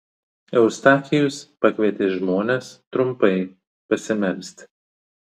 eustachijus pakvietė žmones trumpai pasimelsti